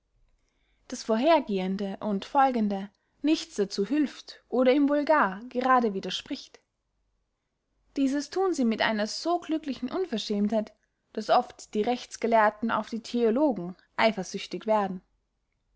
das vorhergehende und folgende nichts dazu hülft oder ihm wohl gar gerade widerspricht dieses thun sie mit einer so glücklichen unverschämtheit daß oft die rechtsgelehrten auf die theologen eifersüchtig werden